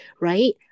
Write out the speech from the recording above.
right